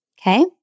okay